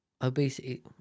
Obesity